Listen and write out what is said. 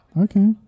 Okay